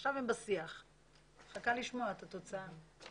עכשיו הם בשיח ואני מחכה לשמוע את התוצאה.